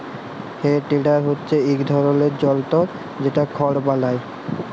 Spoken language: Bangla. হে টেডার হচ্যে ইক ধরলের জলতর যেট খড় বলায়